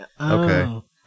okay